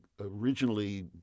originally